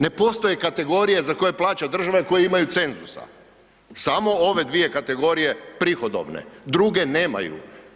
Ne postoje kategorije za koje plaća država i koje imaju cenzusa, samo ove dvije kategorije prihodovne, druge nemaju.